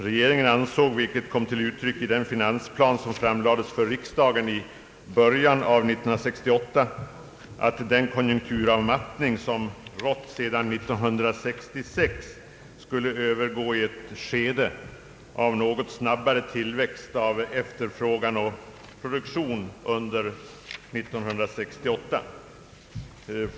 Regeringen ansåg, vilket kom till uttryck i den finansplan som framlades för riksdagen i början av 1968, att den konjunkturavmattning som rått sedan 1966 skulle övergå i ett skede av något snabbare tillväxt av efterfrågan och produktion under 1968.